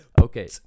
Okay